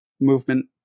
movement